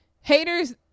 haters